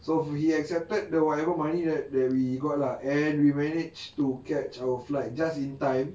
so he accepted the whatever money that that we got lah and we managed to catch our flight just in time